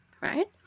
right